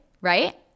right